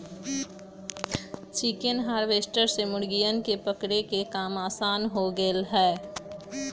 chicken harvester से मुर्गियन के पकड़े के काम आसान हो गैले है